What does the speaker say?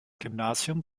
gymnasium